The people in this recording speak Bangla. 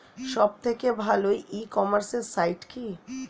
সব থেকে ভালো ই কমার্সে সাইট কী?